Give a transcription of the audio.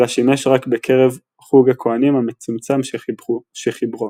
אלא שימש רק בקרב חוג הכהנים המצומצם שחיברו.